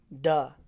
duh